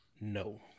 No